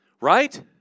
Right